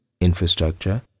infrastructure